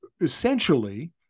essentially